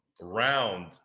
round